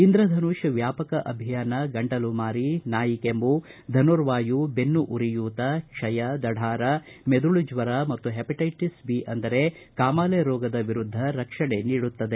ಇಂದ್ರಧನುಷ್ ವ್ಯಾಪಕ ಅಭಿಯಾನ ಗಂಟಲುಮಾರಿ ನಾಯಿ ಕೆಮ್ಮು ಧನುರ್ವಾಯು ಬೆನ್ನು ಉರಿಯೂತ ಕ್ಷಯ ದಢಾರ ಮೆದುಳು ಜ್ವರ ಮತ್ತು ಹೆಪಟೈಟಸ್ ಬಿ ಅಂದರೆ ಕಾಮಾಲೆ ರೋಗದ ವಿರುದ್ಧ ರಕ್ಷಣೆ ನೀಡುತ್ತದೆ